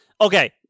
Okay